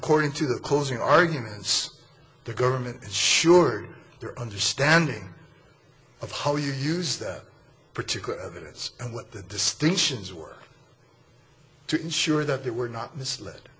according to the closing arguments the government sure their understanding of how you used that particular evidence and what the distinctions work to ensure that they were not misled